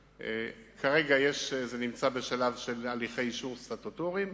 כרגע זה נמצא בשלב של הליכי אישור סטטוטוריים,